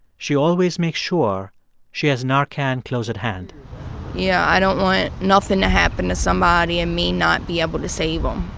she always makes sure she has narcan close at hand yeah, i don't want nothing to happen to somebody and me not be able to save them.